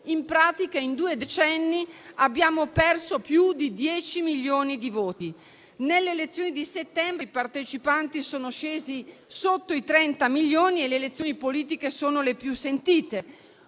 In pratica in due decenni abbiamo perso più di 10 milioni di voti. Nelle elezioni di settembre i partecipanti sono scesi sotto i 30 milioni e le elezioni politiche sono le più sentite.